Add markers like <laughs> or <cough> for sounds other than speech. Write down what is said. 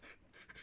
<laughs>